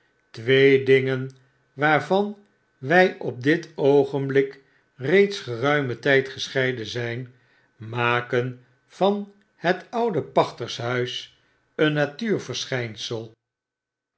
twee dingen waarvan wy op dit oogenblik reeds geruimen tijd gescheiden zyn maken van het oude pachters huis een